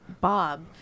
Bob